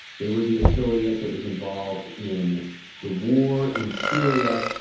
they were the affiliate that was involved in the war in syria,